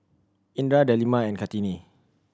Indra Delima and Kartini